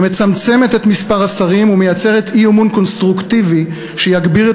שמצמצמת את מספר השרים ומייצרת אי-אמון קונסטרוקטיבי שיגביר את